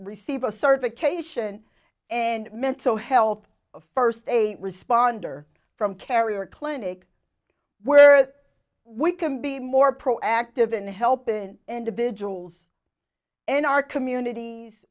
receive a certification and mental health of first a responder from carrier clinic where we can be more proactive in helping individuals in our communities